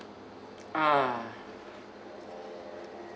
ah